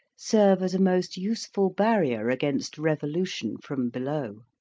serve as a most useful barrier against revolution from below.